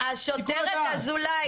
השוטרת אזולאי,